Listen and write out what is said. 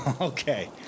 Okay